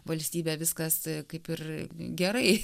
valstybe viskas kaip ir gerai